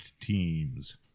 teams